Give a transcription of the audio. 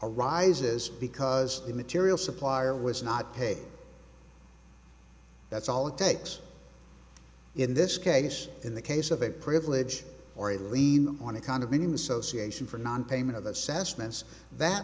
arises because the material supplier was not paid that's all it takes in this case in the case of a privilege or a lien on it condominium association for nonpayment of assessments that